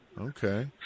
okay